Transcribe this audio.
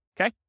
Okay